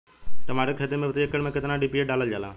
टमाटर के खेती मे प्रतेक एकड़ में केतना डी.ए.पी डालल जाला?